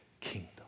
kingdom